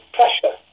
pressure